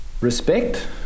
Respect